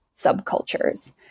subcultures